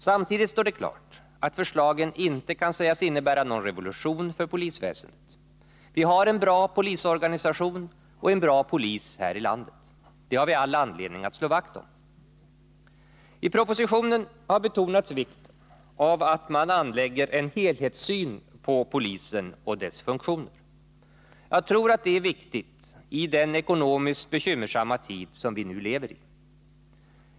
Samtidigt står det klart att förslagen inte kan sägas innebära någon revolution för polisväsendet. Vi har en bra polisorganisation och en bra polis här i landet. Det har vi all anledning att slå vakt om. I propositionen har betonats vikten av att man anlägger en helhetssyn på polisen och dess funktioner. Jag tror att detta är viktigt i den ekonomiskt bekymmersamma tid som vi nu lever i.